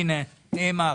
הנה, נאמר.